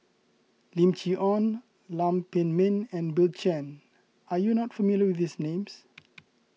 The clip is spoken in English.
Lim Chee Onn Lam Pin Min and Bill Chen are you not familiar with these names